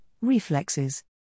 reflexes